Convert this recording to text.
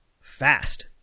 Fast